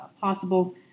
possible